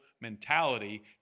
mentality